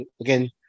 again